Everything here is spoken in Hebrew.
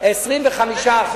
25%